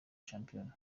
shampiyona